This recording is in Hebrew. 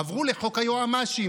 עברו לחוק היועמ"שים,